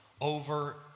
over